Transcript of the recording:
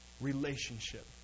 Relationship